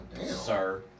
sir